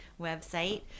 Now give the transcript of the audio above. website